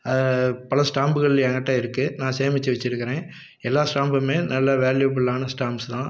பல ஸ்டாம்புகள் எங்ட்ட இருக்குது நான் சேமித்து வச்சிருக்கிறேன் எல்லா ஸ்டாம்புமே நல்ல வேல்யூபிளான ஸ்டாம்ப்ஸ் தான்